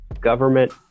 government